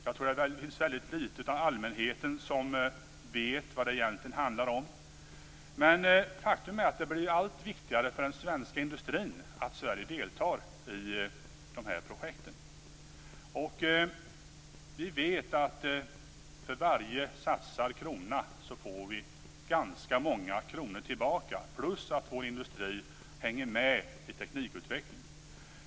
Jag tror att en mycket liten del av allmänheten vet vad det egentligen handlar om. Men faktum är att det blivit allt viktigare för den svenska industrin att Sverige deltar i dessa projekt. Vi vet att för varje satsad krona får vi ganska många kronor tillbaka, plus att vår industri hänger med i teknikutvecklingen.